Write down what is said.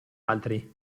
altri